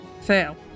Fail